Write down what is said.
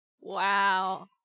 wow